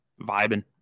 vibing